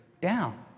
down